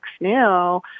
now